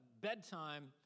bedtime